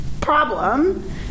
problem